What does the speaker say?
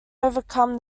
overcome